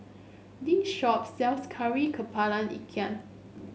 this shop sells Kari kepala Ikan